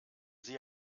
sie